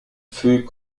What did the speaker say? fut